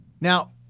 Now